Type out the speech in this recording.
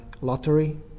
lottery